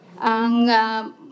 ang